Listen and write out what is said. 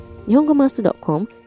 nihongomaster.com